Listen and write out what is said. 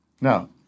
No